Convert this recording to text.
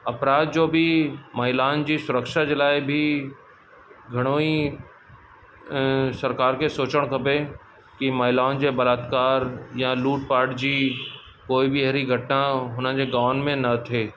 अपराध जो बि महिलाउनि जी सुक्षा जे लाइ बि घणोई सरकारि खे सोचणु खपे कि महिलाउनि जे बलात्कार या लूट पाट जी कोई बि अहिड़ी घटना हुननि जे गांवनि में न थिए